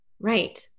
Right